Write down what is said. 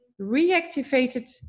reactivated